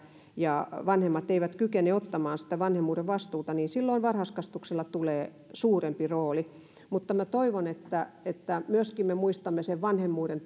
ja vanhemmat eivät kykene ottamaan sitä vanhemmuuden vastuuta varhaiskasvatukselle tulee suurempi rooli mutta minä toivon että että me muistamme myöskin sen vanhemmuuden